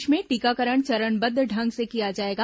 प्रदेश में टीकाकरण चरणबद्ध ढंग से किया जाएगा